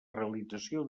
realització